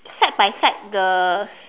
side by side the